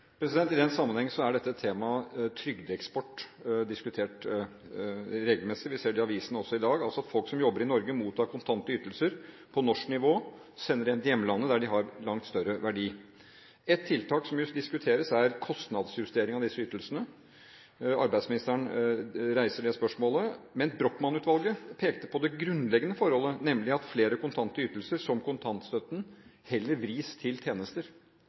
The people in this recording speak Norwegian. I den sammenheng er temaet trygdeeksport diskutert regelmessig – vi ser det i avisen også i dag. Folk som jobber i Norge, mottar kontante ytelser på norsk nivå og sender dem til hjemlandet, der de har langt større verdi. Ett tiltak som just diskuteres, er kostnadsjustering av disse ytelsene. Arbeids- og sosialministeren reiser det spørsmålet, men Brochmann-utvalget pekte på det grunnleggende forholdet, nemlig at flere kontante ytelser, som kontantstøtten, heller kan vris til tjenester